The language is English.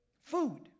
food